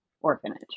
orphanage